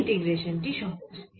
এই ইন্টিগ্রেশান টি সহজ